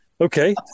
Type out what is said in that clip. Okay